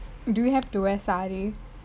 do we have to wear sari